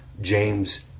James